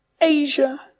Asia